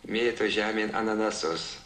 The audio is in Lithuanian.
mėto žemėn ananasus